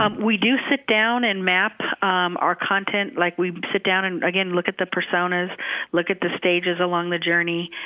um we do sit down and map our content. like we'd sit down and again look at the personas, look at the stages along the journey.